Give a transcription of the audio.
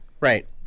Right